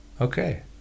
Okay